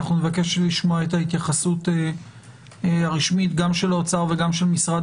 נבקש לשמוע את ההתייחסות הרשמית של האוצר וגם של משרד